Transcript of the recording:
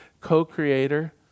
co-creator